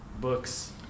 books